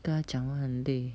跟他讲话很累